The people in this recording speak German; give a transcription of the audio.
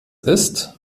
isst